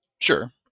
Sure